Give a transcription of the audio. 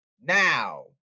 Now